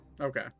Okay